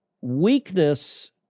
weakness